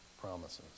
promises